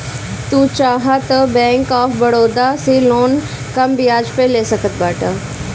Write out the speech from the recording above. तू चाहअ तअ बैंक ऑफ़ बड़ोदा से लोन कम बियाज पअ ले सकत बाटअ